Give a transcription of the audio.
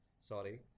sorry